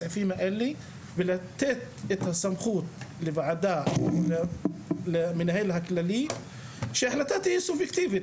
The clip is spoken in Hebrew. הסעיפים האלה ולתת את הסמכות למנהל הכללי שההחלטה תהיה סובייקטיבית.